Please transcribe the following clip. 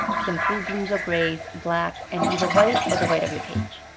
some cool blues or greys, black, and either white or the white of your page.